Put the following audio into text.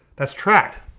that's tracked.